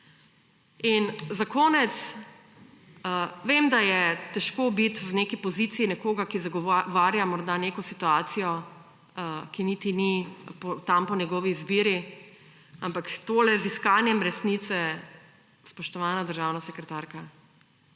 Za konec. Vem, da je težko biti v neki poziciji nekoga, ki zagovarja morda neko situacijo, ki niti ni tam po njegovi izbiri, ampak tole z iskanjem resnice, spoštovana državna sekretarka,